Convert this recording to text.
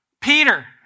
Peter